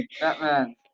Batman